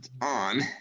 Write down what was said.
on